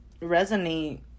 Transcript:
resonate